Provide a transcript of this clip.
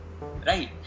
Right